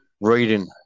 reading